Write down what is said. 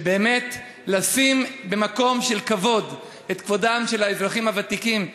של באמת לשים במקום של כבוד את כבודם של האזרחים הוותיקים,